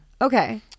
Okay